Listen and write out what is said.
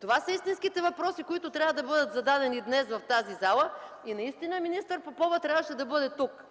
Това са истинските въпроси, които трябва да бъдат зададени днес в тази зала, и министър Попова трябваше да бъде тук.